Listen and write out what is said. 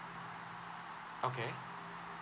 okay